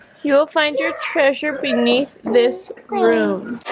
you'll find your treasure beneath this room